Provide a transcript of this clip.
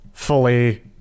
Fully